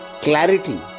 Clarity